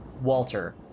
Walter